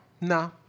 Nah